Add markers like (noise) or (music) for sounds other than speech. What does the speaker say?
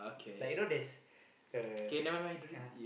like you know there's a (noise)